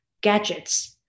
gadgets